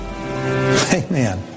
Amen